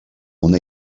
una